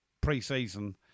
pre-season